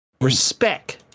Respect